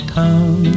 town